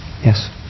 Yes